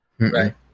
right